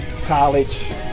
college